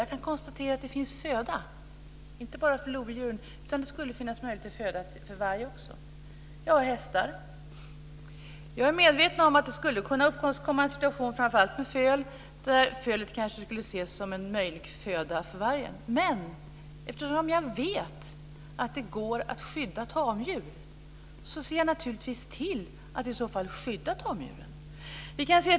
Jag kan konstatera att det finns föda, inte bara för lodjuren utan det skulle finnas föda för varg också. Jag har hästar. Jag är medveten om att det skulle kunna uppkomma en situation, framför allt med föl, där fölet kanske skulle kunna ses som möjlig föda för vargen. Men eftersom jag vet att det går att skydda tamdjur så ser jag naturligtvis också till att skydda dem.